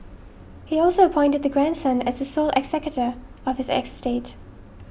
he also appointed the grandson as the sole executor of his estate